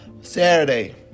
Saturday